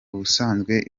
ubusanzwe